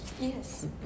Yes